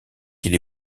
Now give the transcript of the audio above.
qu’il